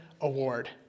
award